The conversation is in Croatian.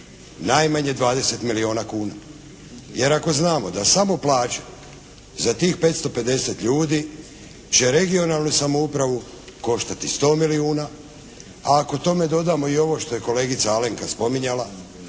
najmanje 20 milijuna kuna. Jer ako znamo da samo plaće za tih 550 ljudi će regionalnu samoupravu koštati 100 milijuna a ako tome dodamo i ovo što je kolegica Alenka spominjala